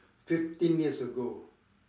fifteen years ago